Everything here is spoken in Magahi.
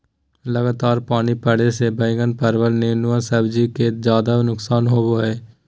लगातार पानी पड़े से बैगन, परवल, नेनुआ सब्जी के ज्यादा नुकसान होबो हइ